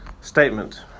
statement